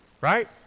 right